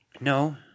No